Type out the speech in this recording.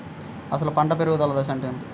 అసలు పంట పెరుగుదల దశ అంటే ఏమిటి?